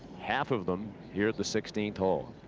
half of them here at the sixteenth hole.